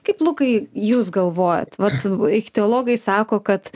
kaip lukai jūs galvojat vat ichtiologai sako kad